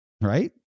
right